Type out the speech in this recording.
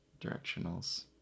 Directionals